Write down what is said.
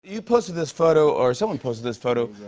you posted this photo, or someone posted this photo.